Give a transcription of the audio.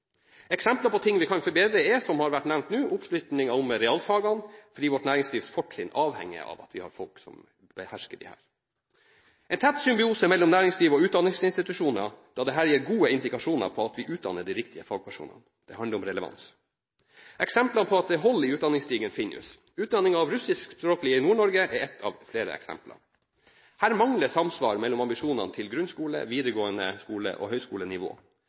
Eksempel på hva vi kan forbedre, er, som det har vært nevnt nå, oppslutning om realfagene, for hvis vårt næringsliv skal ha et fortrinn, avhenger det av at vi har folk som behersker disse. En tett symbiose mellom næringsliv og utdanningsinstitusjoner gir gode indikasjoner på at vi utdanner de riktige fagpersonene. Det handler om relevans. Eksemplene på at det er hull i utdanningsstigen, finnes. Utdanningen av russiskspråklige i Nord-Norge er ett av flere eksempler. Her mangler samsvar mellom ambisjonene til grunnskole, videregående skole og